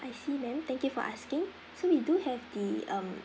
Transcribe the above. I see ma'am thank you for asking so we do have the um